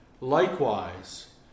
Likewise